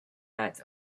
nights